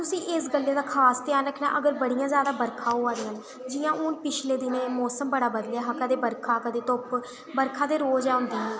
तुसें इस गल्लै दा खास ध्यान रखना कि जे बड़ियां जैदा बरखां होआ दियां न हून पिछले दिनें मौसम बड़ा बदलेआ हा कदें बरखा कदें धुप्प बरखा ते रोज औंदी ही